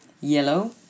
Yellow